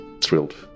thrilled